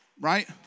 right